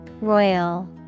Royal